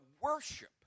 worship